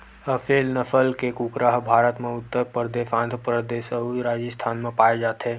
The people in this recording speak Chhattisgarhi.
असेल नसल के कुकरा ह भारत म उत्तर परदेस, आंध्र परदेस अउ राजिस्थान म पाए जाथे